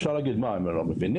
אפשר להגיד 'מה הם לא מבינים,